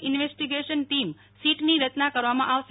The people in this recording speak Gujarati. ઈન્વેસ્ટીંગેશન ટીમસીટની રચના કરવામાં આવશે